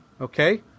Okay